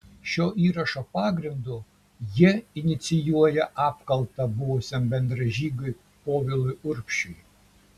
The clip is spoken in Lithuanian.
šio įrašo pagrindu jie inicijuoja apkaltą buvusiam bendražygiui povilui urbšiui